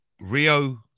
rio